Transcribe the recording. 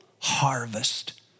harvest